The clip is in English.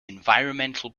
environmental